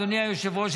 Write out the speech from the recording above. אדוני היושב-ראש,